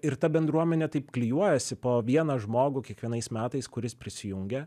ir ta bendruomenė taip klijuojasi po vieną žmogų kiekvienais metais kuris prisijungia